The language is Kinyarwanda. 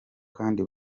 kandi